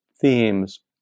themes